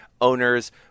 Owners